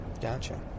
gotcha